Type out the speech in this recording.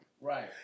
Right